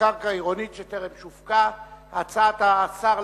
הצעת השר,